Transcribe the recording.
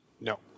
No